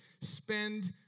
spend